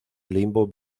limbo